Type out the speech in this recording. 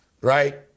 right